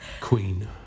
queen